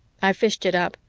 i fished it up.